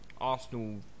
Arsenal